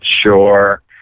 Sure